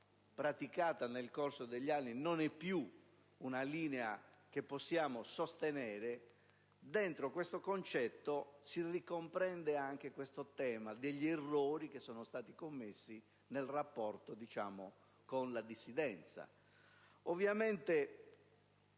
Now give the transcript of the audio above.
praticata nel corso degli anni, non è più una linea che possiamo sostenere, in questo concetto si ricomprende anche il tema degli errori commessi nel rapporto con la dissidenza. Ovviamente,